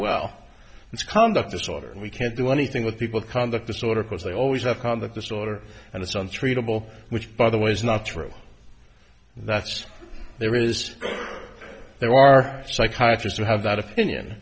well it's conduct disorder and we can't do anything with people conduct disorder because they always have conduct disorder and it's on treatable which by the way is not true that's there is there are psychiatry to have that opinion